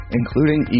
including